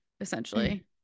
essentially